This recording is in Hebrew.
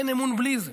אין אמון בלי זה.